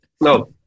No